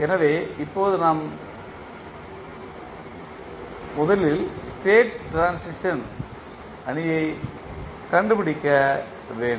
எனவே இப்போது நாம் முதலில் ஸ்டேட் ட்ரான்சிஷன் அணியை கண்டுபிடிக்க வேண்டும்